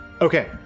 Okay